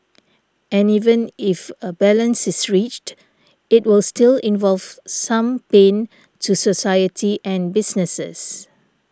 and even if a balance is reached it will still involve some pain to society and businesses